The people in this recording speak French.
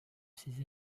ces